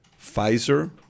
Pfizer